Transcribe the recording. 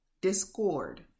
discord